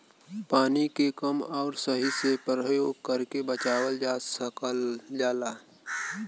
पानी के कम आउर सही से परयोग करके बचावल जा सकल जाला